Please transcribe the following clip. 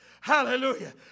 Hallelujah